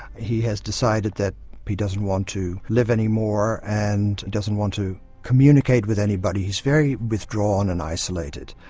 he has decided that he doesn't want to live anymore and doesn't want to communicate with anybody. he's very withdrawn and isolated.